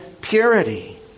purity